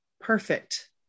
Perfect